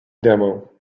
demo